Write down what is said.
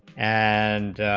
and